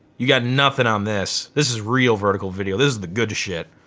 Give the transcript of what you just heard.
you got nothing on this. this is real vertical video. this is the good shit.